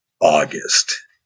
August